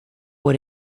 what